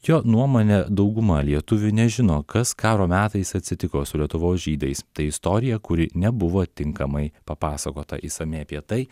jo nuomone dauguma lietuvių nežino kas karo metais atsitiko su lietuvos žydais tai istorija kuri nebuvo tinkamai papasakota išsamiai apie tai